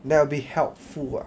that will be helpful ah